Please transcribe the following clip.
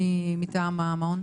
מי מטעם המעון?